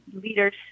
leaders